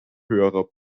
höherer